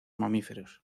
mamíferos